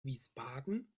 wiesbaden